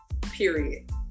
Period